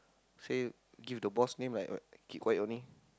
say give the boss name like what keep quiet only